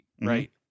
right